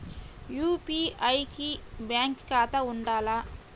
UPI కి bank ఖాతా ఉండాల?